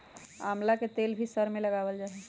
आमला के तेल भी सर में लगावल जा हई